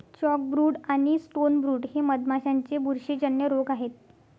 chalkbrood आणि stonebrood हे मधमाशांचे बुरशीजन्य रोग आहेत